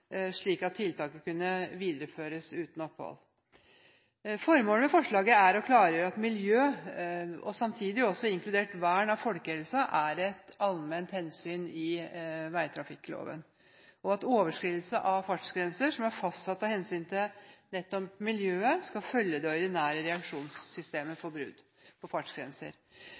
slik at tiltaket kunne videreføres uten opphold. Formålet med forslaget er å klargjøre at miljø, inkludert vern av folkehelsen, er et allment hensyn i veitrafikkloven, og at overskridelse av fartsgrenser som er fastsatt av hensyn til miljøet, skal følge det ordinære reaksjonssystemet for brudd på fartsgrenser.